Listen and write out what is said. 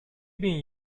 bin